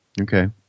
Okay